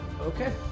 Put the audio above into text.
okay